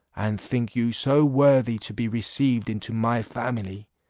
and think you so worthy to be received into my family,